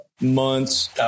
months